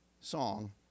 song